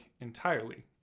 entirely